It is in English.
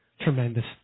tremendous